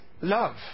love